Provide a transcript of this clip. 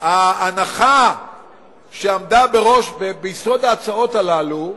ההנחה שעמדה ביסוד ההצעות האלה,